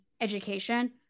education